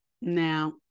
Now